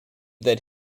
that